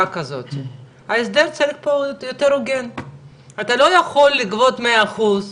אז הרי מדובר בהחלטה של האוצר איך להפנות את המשאבים,